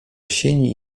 sieni